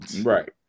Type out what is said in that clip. Right